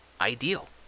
ideal